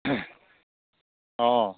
অ'